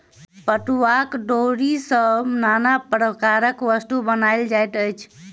पटुआक डोरी सॅ नाना प्रकारक वस्तु बनाओल जाइत अछि